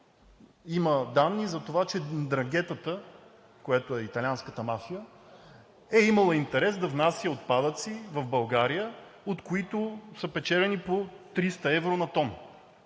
Има данни за това, че Ндрангетата – италианската мафия, е имала интерес да внася отпадъци в България, от които са печелени по 300 евро на тон.